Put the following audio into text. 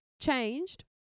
changed